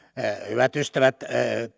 hyvät ystävät